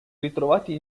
ritrovati